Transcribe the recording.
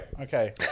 Okay